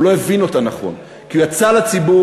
הוא לא הבין אותה נכון, כי הוא יצא לציבור,